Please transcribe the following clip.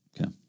Okay